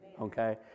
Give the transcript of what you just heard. Okay